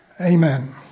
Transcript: Amen